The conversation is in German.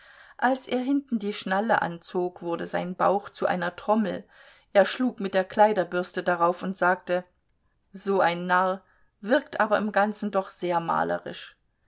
als er hinten die schnalle anzog wurde sein bauch zu einer trommel er schlug mit der kleiderbürste darauf und sagte so ein narr wirkt aber im ganzen doch sehr malerisch